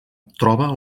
troba